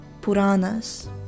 Puranas